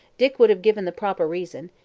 dick would have given the proper reason,